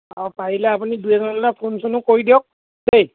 আও পৰিলে আপুনি দুই এজনলৈ ফোন চোনো কৰি দিয়ক দেই